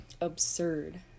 absurd